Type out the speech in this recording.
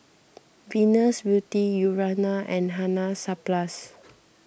Venus Beauty Urana and Hansaplast